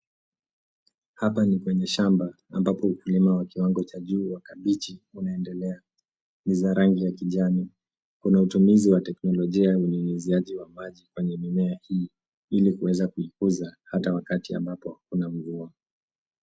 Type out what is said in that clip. Hapa ni kwenye shamba ambapo ukulima wa kiwango cha juu wa kabichi unaendelea. Ni za rangi ya kijani. Kuna utumizi wa teknolojia ya unyunyiziaji wa maji kwenye mimea hii ili kuweza kuikuza hata wakati ambapo hakuna mvua.